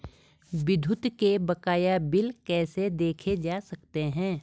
विद्युत के बकाया बिल कैसे देखे जा सकते हैं?